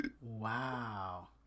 Wow